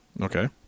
Okay